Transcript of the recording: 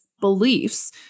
beliefs